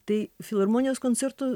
tai filharmonijos koncertų